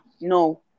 No